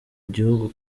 gihugu